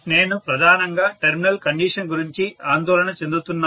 నేను ప్రధానంగా terminal condition గురించి ఆందోళన చెందుతున్నాను